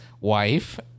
wife